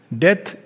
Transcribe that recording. Death